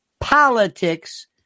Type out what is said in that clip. politics